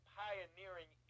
pioneering